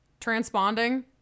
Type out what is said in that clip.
Transponding